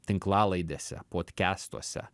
tinklalaidėse podkestuose